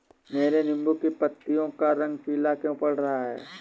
मेरे नींबू की पत्तियों का रंग पीला क्यो पड़ रहा है?